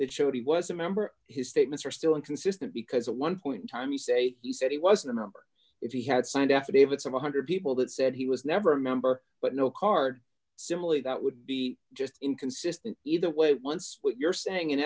that showed he was a member his statements are still inconsistent because at one point in time you say he said he wasn't a member if he had signed affidavits of one hundred people that said he was never a member but no card similarly that would be just inconsistent either way once what you're saying in